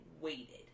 waited